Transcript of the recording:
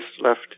left